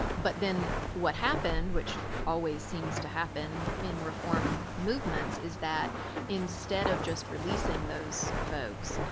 but then what happened, which always seems to happen in reform movements, is that instead of just releasing those folks,